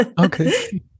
Okay